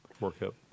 Workout